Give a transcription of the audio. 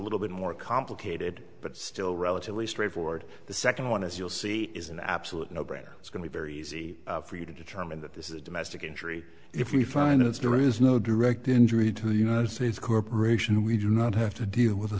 little bit more complicated but still relatively straightforward the second one as you'll see is an absolute no brainer it's going to be very easy for you to determine that this is a domestic injury if we find it's there is no direct injury to united states corporation we do not have to deal with the